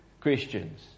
Christians